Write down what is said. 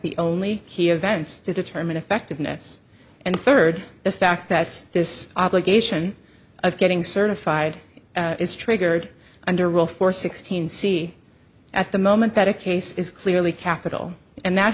the only key event to determine effectiveness and third the fact that this obligation of getting certified is triggered under rule four sixteen c at the moment that a case is clearly capital and that